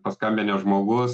paskambinęs žmogus